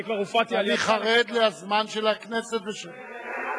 אני כבר הופעתי, אני חרד לזמן של הכנסת, אין דבר.